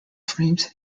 frames